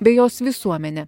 bei jos visuomenę